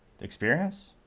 experience